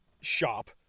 shop